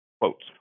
quotes